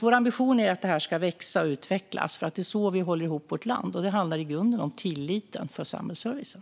Vår ambition är att det här ska växa och utvecklas, för det är så vi håller ihop vårt land. Det handlar i grunden om tilliten till samhällsservicen.